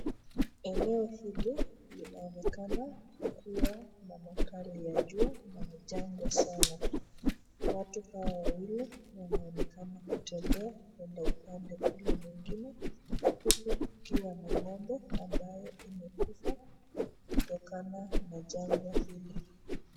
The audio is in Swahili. Eneo hili linaonekana kuwa na makali ya jua na ni jangwa sana. Watu hawa wawili wanaonekana wakitembea kuenda upande ule mwingine huku kukiwa na ng'ombe ambayo imekufa kutokana na jangwa hili.